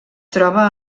troba